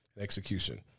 execution